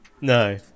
no